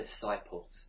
disciples